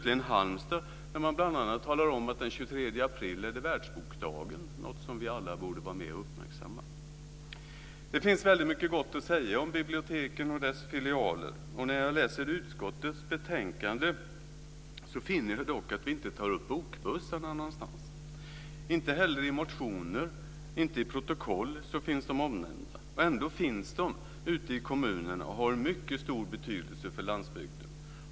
I Halmstad talar man bl.a. om att den 23 april är det världsbokdagen - något som vi alla borde vara med och uppmärksamma. Det finns väldigt mycket gott att säga om biblioteken och deras filialer. När jag läser utskottets betänkande finner jag dock att vi inte tar upp bokbussarna någonstans. Inte heller i motioner eller i protokoll finns de omnämnda. Ändå finns de ute i kommunerna och har mycket stor betydelse för landsbygden.